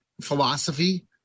philosophy